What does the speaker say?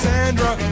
Sandra